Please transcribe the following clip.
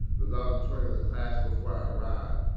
the valedictorian of the class before i arrived.